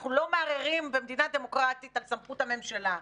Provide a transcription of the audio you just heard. אנחנו לא מערערים במדינה דמוקרטית על סמכות הממשלה.